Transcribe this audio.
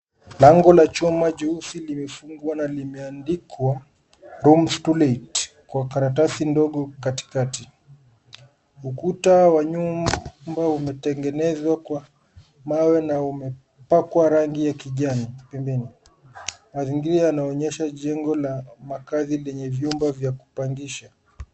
Lango la chuma jeusi limefungwa na limeandikwa rooms to let kwa karatasi ndogo katikati. Ukuta wa nyumba umetengenezwa kwa mawe na umepakwa rangi ya kijani pembeni. Mazingira yanaonyesha jengo la makaazi lenye vyumba vya kupangisha.